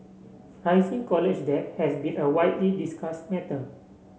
rising college debt has been a widely discussed matter